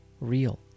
real